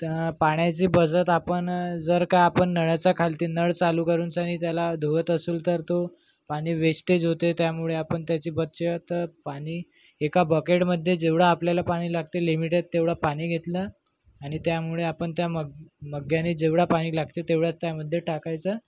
त्या पाण्याची बचत आपण जर का आपण नळाच्या खालती नळ चालू करूनशनी त्याला धुवत असू तर तो पाणी वेस्टेज होते त्यामुळे आपण त्याची बचत पाणी एका बकेटमध्ये जेवढं आपल्याला पाणी लागते लिमिटेड तेवढं पाणी घेतलं आणि त्यामुळे आपण त्या मग मग्ग्याने जेवढं पाणी लागतं तेवढं त्यामध्ये टाकायचं